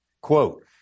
quote